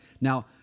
Now